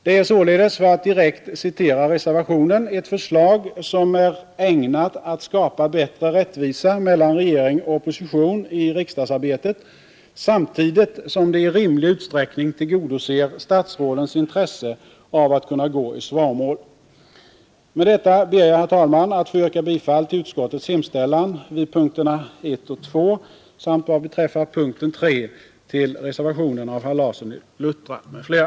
Det är således, för att direkt citera reservationen, ett förslag som ”är ägnat att skapa bättre rättvisa mellan regering och opposition i riksdagsarbetet, samtidigt som det i rimlig utsträckning tillgodoser statsrådens intresse av att kunna gå i svaromål”. Med detta ber jag, herr talman, att få yrka bifall till utskottets hemställan vid punkterna 1 och 2 samt vad beträffar punkten 3 till reservationen av herr Larsson i Luttra m.fl.